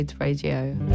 Radio